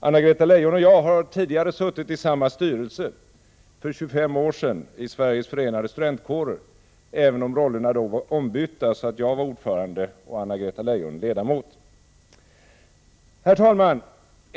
Anna-Greta Leijon och jag har tidigare suttit i samma styrelse — för 25 år sedan i Sveriges förenade studentkårer — även om rollerna då var ombytta, så att jag var ordförande och Anna-Greta Leijon ledamot. Herr talman!